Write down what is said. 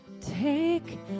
Take